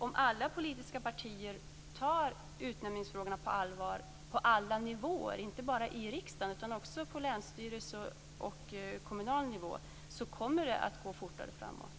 Om alla politiska partier tar utnämningsfrågorna på allvar på alla nivåer, inte bara i riksdagen utan också i länsstyrelser och på kommunal nivå, kommer det att gå fortare framåt.